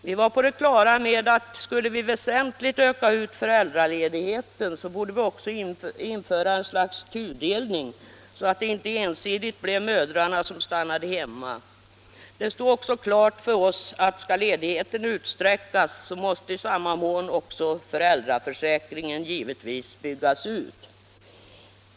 Vi var på det klara med att skulle vi väsentligt öka ut föräldraledigheten, borde vi också införa ett slags tudelning, så att det inte ensidigt blev mödrarna som stannar hemma. Det stod också klart för oss att skall ledigheten utsträckas så måste i samma mån också föräldraförsäkringen givetvis byggas ut.